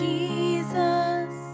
Jesus